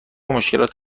مشکلات